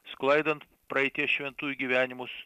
sklaidant praeities šventųjų gyvenimus